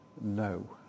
no